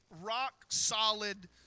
rock-solid